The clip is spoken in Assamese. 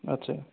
আচ্ছা